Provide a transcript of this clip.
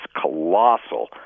colossal